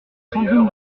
sandrine